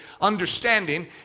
understanding